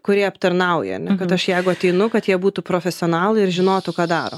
kurie aptarnauja kad aš jeigu ateinu kad jie būtų profesionalai ir žinotų ką daro